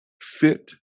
fit